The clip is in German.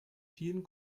vielen